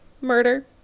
murder